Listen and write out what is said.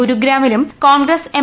ഗുരുഗ്രാമിലും Congress M